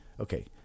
okay